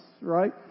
right